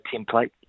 template